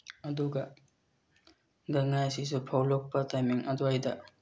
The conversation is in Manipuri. ꯑꯗꯨꯒ ꯒꯥꯡ ꯉꯥꯏꯁꯤꯁꯨ ꯐꯧ ꯂꯣꯛꯄ ꯇꯥꯏꯃꯤꯡ ꯑꯗꯨꯋꯥꯏꯗ